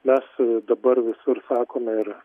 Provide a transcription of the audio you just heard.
mes dabar visur sakome ir